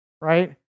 right